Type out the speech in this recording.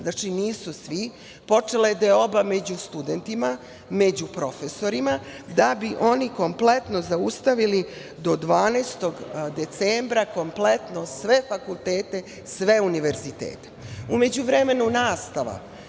znači nisu svi, počela je deoba među studentima, među profesorima, da bi oni kompletno zaustavili, do 12. decembra, sve fakultete, sve univerzitete.U međuvremenu, nastava